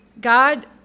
God